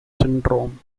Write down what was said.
syndrome